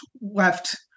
left